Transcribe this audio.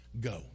Go